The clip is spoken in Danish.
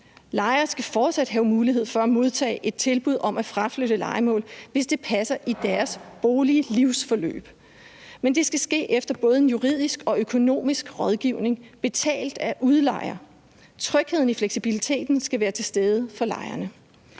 Lejere skal fortsat have mulighed for at modtage et tilbud om at fraflytte lejemål, hvis det passer i deres boliglivsforløb, men det skal ske efter både en juridisk og økonomisk rådgivning betalt af udlejer. Trygheden i fleksibiliteten skal være til stede for lejerne.